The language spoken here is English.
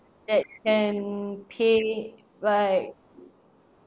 at and paid like